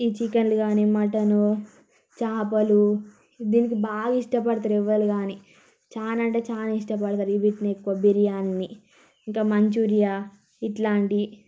ఈ చికెన్లు గానీ మటను చాపలు దీనికి బాగా ఇష్టపడతారు ఎవ్వరు గానీ చానా అంటే చాలా ఇష్టపడతారు ఇవిటిని ఎక్కువ బిర్యానీని ఇంకా మంచూరియా ఇట్లాంటియి